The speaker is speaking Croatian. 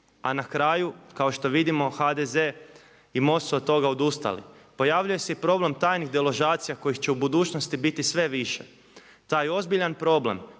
a na kraju kao što vidimo HDZ i MOST su od toga odustali. Pojavljuje se i problem tajnih deložacija kojih će u budućnosti biti sve više. Taj ozbiljan problem